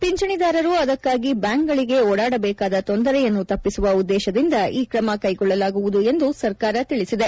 ಪಿಂಚಣಿದಾರರು ಅದಕ್ಕಾಗಿ ಬ್ಯಾಂಕ್ಗಳಗೆ ಓಡಾಡದಬೇಕಾದ ತೊಂದರೆಯನ್ನು ತಪ್ಪಿಸುವ ಉದ್ದೇಶದಿಂದ ಈ ಕ್ರಮ ಕೈಗೊಳ್ಳಲಾಗುವುದು ಎಂದು ಸರ್ಕಾರ ತಿಳಿಸಿದೆ